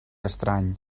estrany